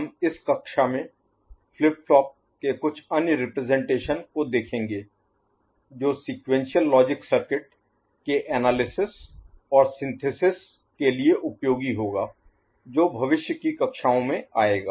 हम इस कक्षा में फ्लिप फ्लॉप के कुछ अन्य रिप्रजेंटेशन को देखेंगे जो sequential logic circuit Sequential Logic Circuit अनुक्रमिक तर्क सर्किट के एनालिसिस Analysis विश्लेषण और सिंथेसिस Synthesis संश्लेषण के लिए उपयोगी होगा जो भविष्य की कक्षाओं में आएगा